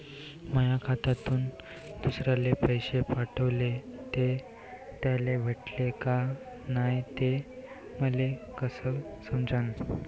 माया खात्यातून दुसऱ्याले पैसे पाठवले, ते त्याले भेटले का नाय हे मले कस समजन?